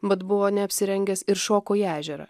mat buvo neapsirengęs ir šoko į ežerą